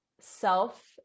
self